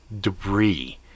debris